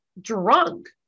drunk